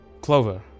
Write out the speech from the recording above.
Clover